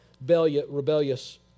rebellious